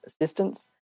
assistance